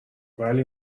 ولی